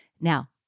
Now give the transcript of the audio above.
Now